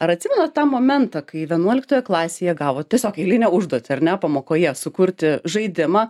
ar atsimenat tą momentą kai vienuoliktoje klasėje gavot tiesiog eilinę užduotį ar ne pamokoje sukurti žaidimą